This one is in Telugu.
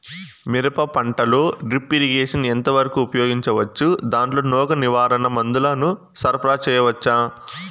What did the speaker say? మిరప పంటలో డ్రిప్ ఇరిగేషన్ ఎంత వరకు ఉపయోగించవచ్చు, దాంట్లో రోగ నివారణ మందుల ను సరఫరా చేయవచ్చా?